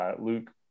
Luke